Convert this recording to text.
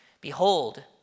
Behold